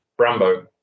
Brambo